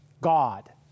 God